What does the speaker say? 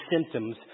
symptoms